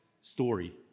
story